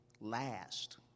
last